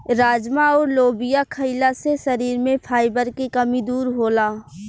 राजमा अउर लोबिया खईला से शरीर में फाइबर के कमी दूर होला